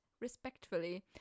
respectfully